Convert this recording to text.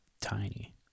tiny